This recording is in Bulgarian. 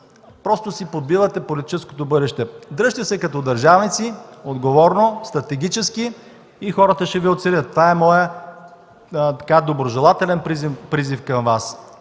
просто си подбивате политическото бъдеще. Дръжте се като държавници отговорно, стратегически и хората ще Ви оценят. Това е моят доброжелателен призив към Вас